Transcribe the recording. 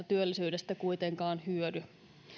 työllisyydestä kuitenkaan hyödy